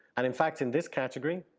and in fact in this category,